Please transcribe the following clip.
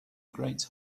great